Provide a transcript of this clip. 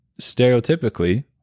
stereotypically